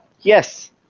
yes